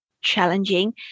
challenging